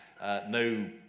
no